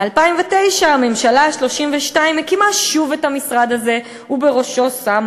ב-2009 הממשלה ה-32 מקימה שוב את המשרד הזה ובראשו שמה,